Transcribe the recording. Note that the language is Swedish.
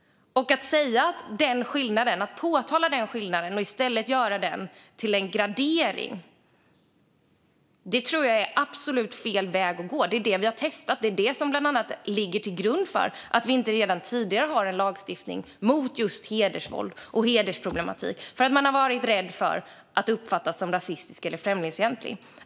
Att förneka den skillnaden och i stället göra det till en gradering tror jag är absolut fel väg att gå. Det är det vi har testat. Det är det som bland annat ligger till grund för att vi inte sedan tidigare har en lagstiftning mot just hedersvåld och hedersproblematik. Man har varit rädd för att uppfattas som rasistisk eller främlingsfientlig.